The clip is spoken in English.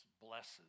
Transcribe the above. blesses